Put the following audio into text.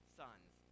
sons